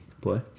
play